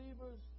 believers